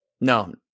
No